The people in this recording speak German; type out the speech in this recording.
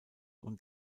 und